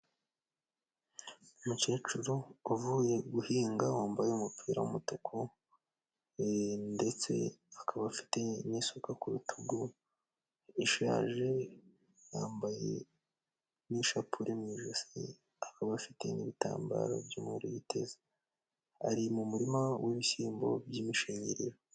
Umukecuru uvuye guhinga wambaye umupira w'umutuku ndetse akaba afite n'isuka ku rutugu ishaje, yambaye n'ishapure mu ijosi, akaba afite n'ibitambaro by'umubiri biteze, ari mu murima w'ibishyimbo by'imishingiriro.